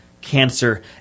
Cancer